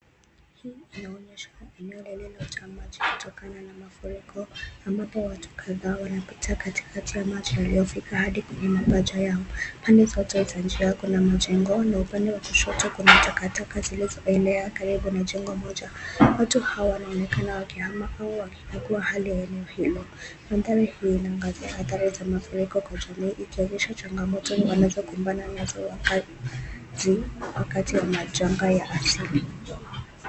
Hii inaonyesha eneo lililo jaa maji kutokana na mafuriko ambapo watu kadhaa wanapita katikati ya maji yaliofika hadi kwenye mapaja yao. Pande zote za njia kuna majengo na upande wa kushoto kuna takataka zilizoenea karibu na jengo moja. Watu hawa wanaonekana waki hama au waki kagua hali ya eneo hilo. Mandhari hii inaangazia hadhara za mafuriko kwa jumla ikionyesha changamoto wanazokumbana nazo wakati wa majanga ya asili.